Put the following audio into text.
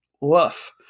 woof